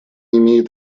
имеет